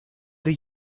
the